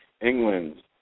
England